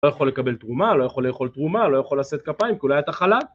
לא יכול לקבל תרומה, לא יכול לאכול תרומה, לא יכול לשאת כפיים, כי אולי אתה חלל.